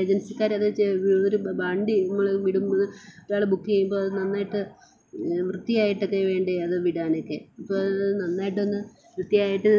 ഏജൻസിക്കാർ അത് ചെ ഒരു വണ്ടി നമ്മൾ വിടുമ്പോൾ ഒരാൾ ബുക്ക് ചെയ്യുമ്പോൾ അത് നന്നായിട്ട് വൃത്തിയായിട്ടൊക്കെ വേണ്ടേ അത് വിടാനൊക്കെ ഇപ്പോൾ നന്നായിട്ടൊന്ന് വൃത്തിയായിട്ട്